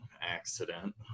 accident